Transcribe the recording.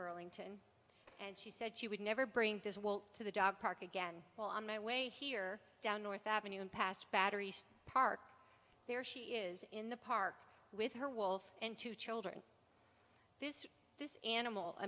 burlington and she said she would never bring this to the dog park again well on my way here down north avenue and past battery park there she is in the park with her wolf and two children this this animal i